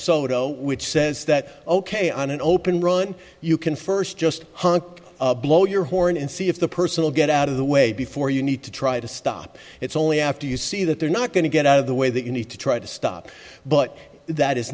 sotto which says that ok on an open run you can first just honk blow your horn and see if the personal get out of the way before you need to try to stop it's all after you see that they're not going to get out of the way that you need to try to stop but that is